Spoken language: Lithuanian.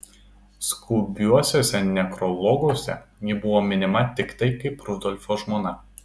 skubiuosiuose nekrologuose ji buvo minima tiktai kaip rudolfo žmona